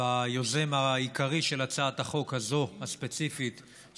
ביוזם העיקרי של הצעת החוק הספציפית הזאת,